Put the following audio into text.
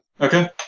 Okay